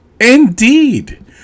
indeed